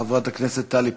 חברת הכנסת טלי פלוסקוב,